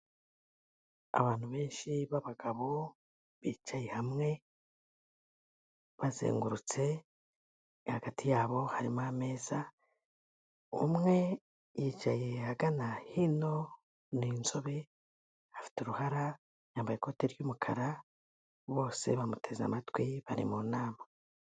Abantu benshi b'abagabo bicaye hamwe bazengurutse hagati yabo harimo ameza, umwe yicaye ahagana hino ni inzobe, afite uruhara, yambaye ikoti ry'umukara bose bamuteze amatwi bari mu nama.